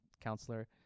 counselor